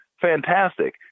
fantastic